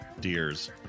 deers